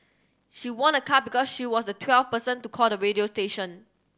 she won a car because she was the twelfth person to call the radio station